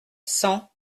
cent